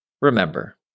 Remember